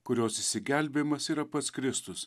kurios išsigelbėjimas yra pats kristus